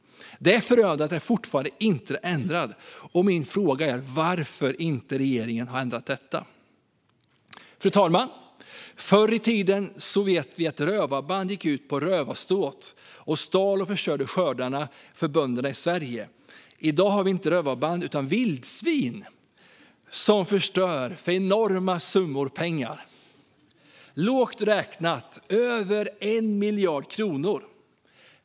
Det är förödande att det fortfarande inte har ändrats, och min fråga är: Varför har regeringen inte ändrat detta? Fru talman! Förr i tiden vet vi att rövarband gick på rövarstråt och stal och förstörde skördar för bönderna i Sverige. I dag har vi inte rövarband utan vildsvin som förstör för enorma summor pengar, lågt räknat över 1 miljard kronor.